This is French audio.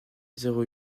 zéro